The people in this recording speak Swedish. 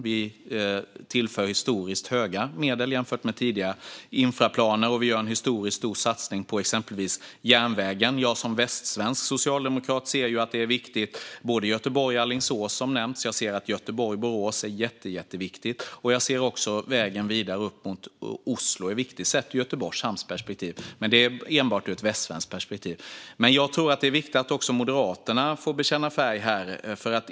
Vi tillför en historiskt stor mängd medel jämfört med tidigare infrastrukturplaner. Vi gör också en historiskt stor satsning på exempelvis järnvägen. Jag som västsvensk socialdemokrat tycker att det är väldigt viktigt. Det handlar om både sträckan Göteborg-Alingsås, som nämnts, och sträckan Göteborg-Borås. Även vägen vidare upp mot Oslo är viktig, sett ur Göteborgs hamns perspektiv. Det här är enbart ur ett västsvenskt perspektiv. Det är viktigt att Moderaterna får bekänna färg.